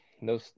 no